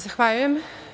Zahvaljujem.